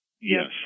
Yes